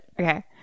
Okay